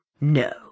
no